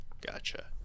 Gotcha